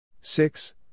Six